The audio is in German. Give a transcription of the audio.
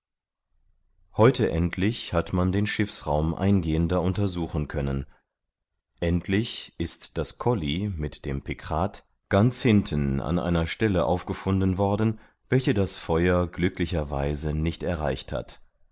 heute endlich hat man den schiffsraum eingehender untersuchen können endlich ist das colli mit dem pikrat ganz hinten an einer stelle aufgefunden worden welche das feuer glücklicher weise nicht erreicht hat